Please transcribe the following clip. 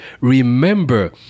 remember